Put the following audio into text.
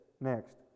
next